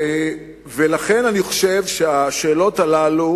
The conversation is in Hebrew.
לכן אני חושב שהשאלות האלה,